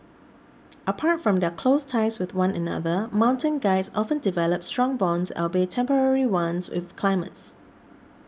apart from their close ties with one another mountain guides often develop strong bonds albeit temporary ones with climbers